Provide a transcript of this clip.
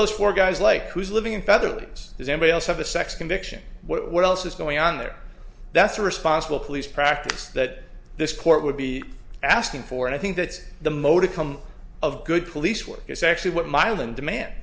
those four guys like who's living in feathers does anybody else have a sex conviction what else is going on there that's a responsible police practice that this court would be asking for and i think that's the motive come of good police work because actually what mylan demand